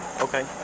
Okay